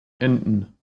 enden